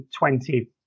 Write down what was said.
20